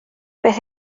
beth